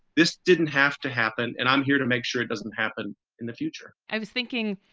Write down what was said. this didn't have to happen and i'm here to make sure it doesn't happen in the future i was thinking,